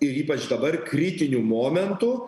ir ypač dabar kritiniu momentu